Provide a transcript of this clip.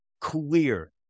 clear